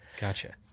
Gotcha